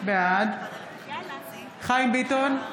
בעד חיים ביטון,